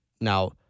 Now